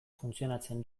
funtzionatzen